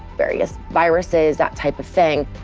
various viruses, that type of thing